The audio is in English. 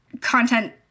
content